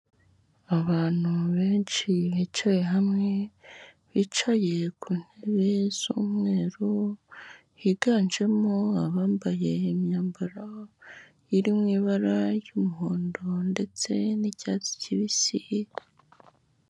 Abantu benshi bicaye hamwe bicaye ku ntebe z'umweru, higanjemo abambaye imyambaro iri mu ibara ry'umuhondo ndetse n'icyatsi kibisi.